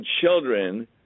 children